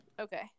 Okay